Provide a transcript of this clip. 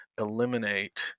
eliminate